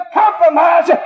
compromise